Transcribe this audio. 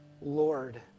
Lord